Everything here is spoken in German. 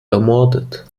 ermordet